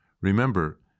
Remember